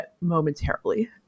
momentarily